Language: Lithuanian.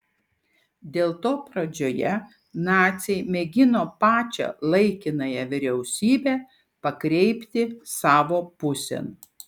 dėl to pradžioje naciai mėgino pačią laikinąją vyriausybę pakreipti savo pusėn